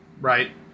right